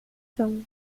são